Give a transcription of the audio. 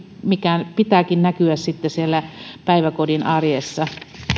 minkä pitääkin näkyä sitten siellä päiväkodin arjessa